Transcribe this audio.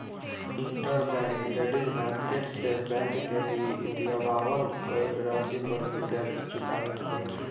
interbank lending market से bank के दिअवावल गईल राशि पर भी ब्याज चुकावे के पड़ेला